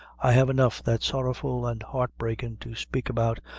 i have enough that's sorrowful and heartbreakin' to spake about,